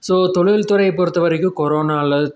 so தொழில்துறை பொறுத்த வரைக்கும் கொரோனாவால்